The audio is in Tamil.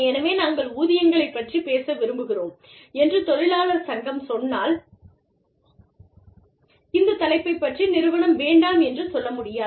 எனவே நாங்கள் ஊதியங்களைப் பற்றிப் பேச விரும்புகிறோம் என்று தொழிலாளர் சங்கம் சொன்னால் இந்த தலைப்பைப் பற்றி நிறுவனம் வேண்டாம் என்று சொல்ல முடியாது